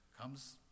comes